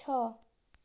ଛଅ